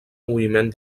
moviment